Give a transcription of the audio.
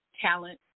talent